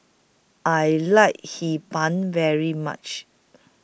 I like Hee Pan very much